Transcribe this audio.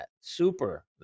Super